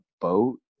boat